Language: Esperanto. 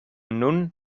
nun